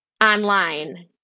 online